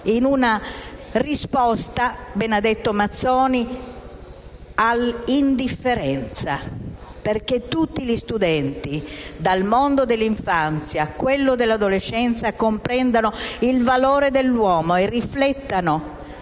per una risposta - bene ha detto il relatore Mazzoni - all'indifferenza. Affinché tutti gli studenti, dal mondo dell'infanzia a quello dell'adolescenza, comprendano il valore dell'uomo e riflettano,